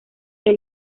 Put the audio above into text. que